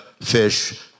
fish